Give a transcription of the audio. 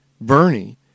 Bernie